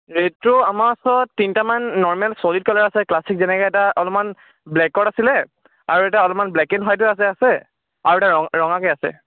retro আমাৰ ওচৰত তিনিটামান নৰ্মেল ছলিড কালাৰ আছে ক্লাছিক যেনেকৈ এটা অলপমান ব্লেকত আছিলে আৰু এটা অলপমান ব্লেক এণ্ড হোৱাইটতে আছে আৰু এটা ৰ ৰঙাকৈ আছে